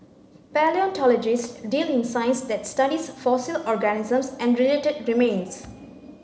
palaeontologists deal in science that studies fossil organisms and related remains